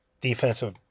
defensive